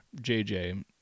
JJ